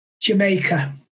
Jamaica